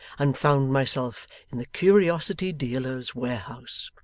and found myself in the curiosity dealer's warehouse.